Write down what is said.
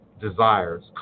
desires